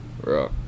Bro